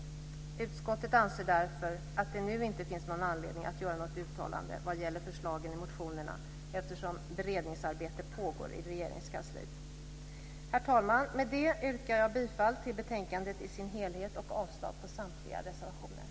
Utskottet anser därför att det nu inte finns någon anledning att göra något uttalande vad gäller förslagen i motionerna eftersom beredningsarbete pågår i Herr talman! Med det yrkar jag bifall till förslaget i betänkandet i dess helhet och avslag på samtliga reservationer.